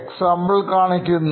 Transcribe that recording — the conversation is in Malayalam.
എക്സാമ്പിൾ കാണിക്കുന്നു